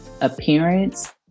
appearance